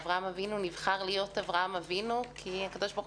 אברהם אבינו נבחר להיות אברהם אבינו כי הקדוש ברוך